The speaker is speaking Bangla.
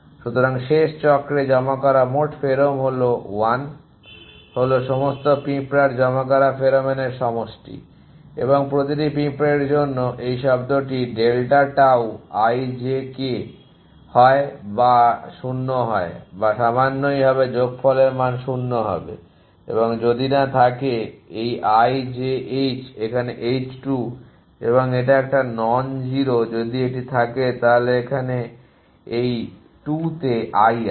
সুতরাং শেষ চক্রে জমা করা মোট ফেরোম 1 হল সমস্ত পিঁপড়ার জমা করা ফেরোমোনের সমষ্টি এবং প্রতিটি পিঁপড়ার জন্য এই শব্দটি delta tau i j k হয় 0 বা সামান্যই হবে যোগফলের মান 0 হবে এবং যদি না থাকে এই i j h এখানে h 2 এবং এটা একটা নন জিরো যদি এটি থাকে তাহলে এখানে এই 2 তে i আছে